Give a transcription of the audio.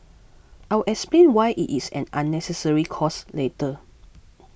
I'll explain why it is an unnecessary cost later